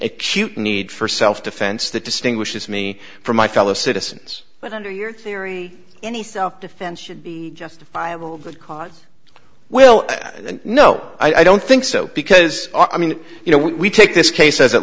acute need for self defense that distinguishes me from my fellow citizens but under your theory anything defense would be justifiable cause well no i don't think so because i mean you know we take this case as